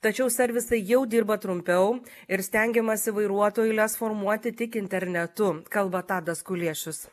tačiau servisai jau dirba trumpiau ir stengiamasi vairuotojų eiles formuoti tik internetu kalba tadas kuliešius